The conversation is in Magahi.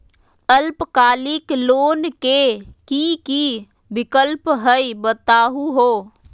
अल्पकालिक लोन के कि कि विक्लप हई बताहु हो?